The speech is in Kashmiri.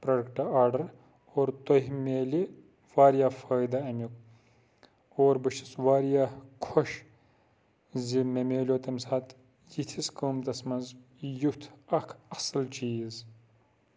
پروڈَکٹ آرڈَر اور تۄہہِ میلہِ وارِیاہ فٲیدٕ امِیُک اور بہٕ چھُس وارِیاہ خۄش زِ مےٚ میلیٚو تمہِ ساتہِ یِتھِس قۭمتَس منٛز یُتھ اَکھ اَصٕل چیز